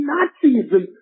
Nazism